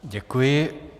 Děkuji.